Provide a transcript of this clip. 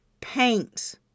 paints